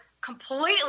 completely